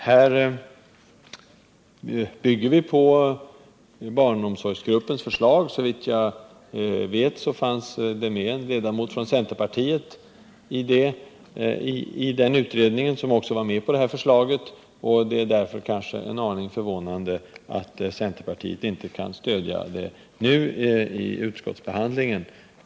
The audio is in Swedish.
Regeringen bygger på barnomsorggruppens förslag. Såvitt jag vet fanns det i utredningen en ledamot från centerpartiet som också var med på det förslaget, och det är därför en aning förvånande att centerpartiet inte kan stödja det nu vid riksdagsbehandlingen.